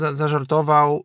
zażartował